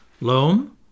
Loam